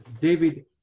David